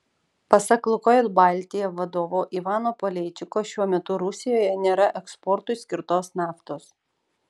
pasak lukoil baltija vadovo ivano paleičiko šiuo metu rusijoje nėra eksportui skirtos naftos